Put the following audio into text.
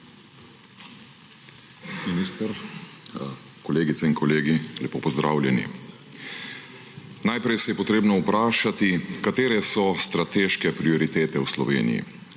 Minister, kolegice in kolegi, lepo pozdravljeni! Najprej se je treba vprašati, katere so strateške prioritete v Sloveniji.